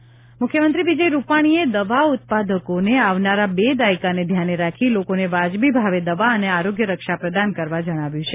pharma પ્રદર્શન મુખ્યમંત્રી વિજય રૂપાલીએ દવા ઉત્પાદકોને આવનારા બે દાયકાને ધ્યાને રાખી લોકોને વાજબી ભાવે દવા અને આરોગ્ય રક્ષા પ્રદાન કરવા જણાવ્યું છે